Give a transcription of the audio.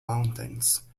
mountains